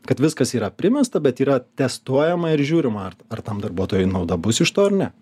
kad viskas yra primesta bet yra testuojama ir žiūrima ar ar tam darbuotojui nauda bus iš to ar ne